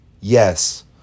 Yes